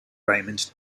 raymond